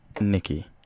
Nikki